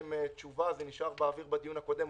ביקשתם תשובה, זה נשאר באוויר בדיון הקודם.